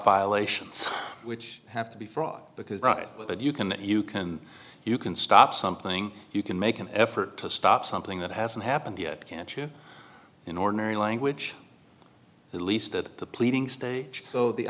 violations which have to be fraud because right but you can you can you can stop something you can make an effort to stop something that hasn't happened yet can't you in ordinary language at least at the pleading stage so the